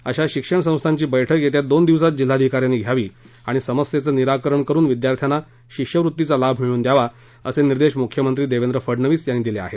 अशा शिक्षण संस्थांची बैठक येत्या दोन दिवसात जिल्हाधिकाऱ्यांनी घ्यावी आणि समस्येचं निराकरण करून विद्यार्थ्याना शिष्यवृत्तीचा लाभ मिळवून द्यावा असे निर्देश मृख्यमंत्री देवेंद्र फडणवीस यांनी दिले आहेत